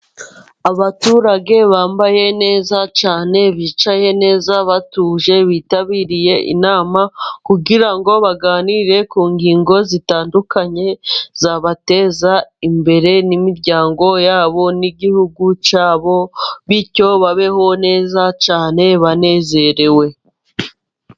Abaturage bambaye neza cyane, bicaye neza batuje, bitabiriye inama kugira ngo baganire ku ngingo zitandukanye zabateza imbere n'imiryango yabo n'igihugu cyabo, bityo babeho neza cyane banezerewe.